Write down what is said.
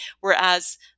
whereas